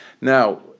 Now